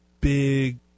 big